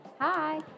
Hi